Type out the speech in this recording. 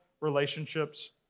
relationships